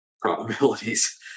probabilities